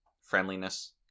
friendliness